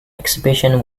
exhibition